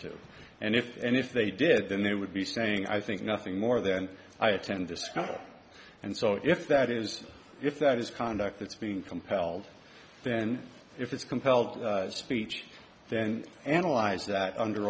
to and if and if they did then they would be saying i think nothing more than i attend this kind and so if that is if that is conduct that's being compelled then if it's compelled speech then analyze that under